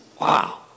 wow